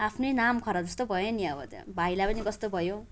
आफ्नै नाम खराब जस्तो भयो नि अब त्यो भाइलाई पनि कस्तो भयो